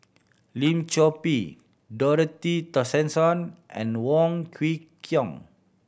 Lim Chor Pee Dorothy Tessensohn and Wong Kwei Cheong